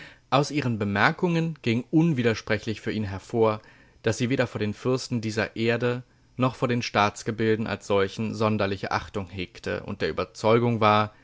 aus ihren bemerkungen ging unwidersprechlich für ihn hervor daß sie weder vor den fürsten dieser erde noch vor den staatsgebilden als solchen sonderliche achtung hegte und der überzeugung war